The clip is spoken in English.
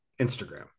instagram